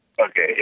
Okay